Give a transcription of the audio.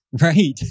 Right